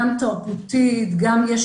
גם תרבותית,